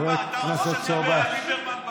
אתה דיברת על אריה דרעי.